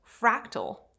fractal